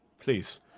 Please